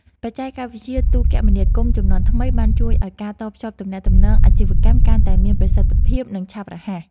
បច្ចេកវិទ្យាទូរគមនាគមន៍ជំនាន់ថ្មីបានជួយឱ្យការតភ្ជាប់ទំនាក់ទំនងអាជីវកម្មកាន់តែមានប្រសិទ្ធភាព និងឆាប់រហ័ស។